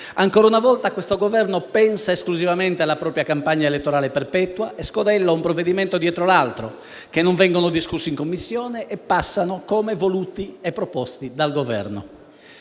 Ancora una volta questo Governo pensa esclusivamente alla propria campagna elettorale perpetua e scodella un provvedimento dietro l'altro, provvedimenti che non vengono discussi in Commissione e che passano come voluti e proposti dal Governo.